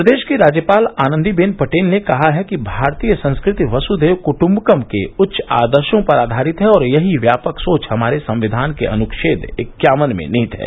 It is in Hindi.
प्रदेश की राज्यपाल आनंदीबेन पटेल ने कहा है कि भारतीय संस्कृति वसुधैव कुट्म्बकम के उच्च आदर्शो पर आधारित है और यही व्यापक सोच हमारे संविधान के अनुच्छेद इक्यावन में निहित है